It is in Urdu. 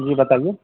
جی بتائیے